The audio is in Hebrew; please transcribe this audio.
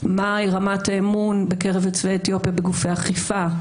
מהי רמת האמון בקרב יוצאי אתיופיה בגופי אכיפה,